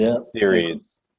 series